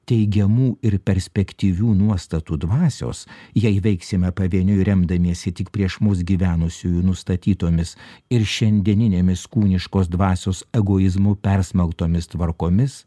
teigiamų ir perspektyvių nuostatų dvasios jei veiksime pavieniui remdamiesi tik prieš mus gyvenusiųjų nustatytomis ir šiandieninėmis kūniškos dvasios egoizmu persmelktomis tvarkomis